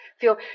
feel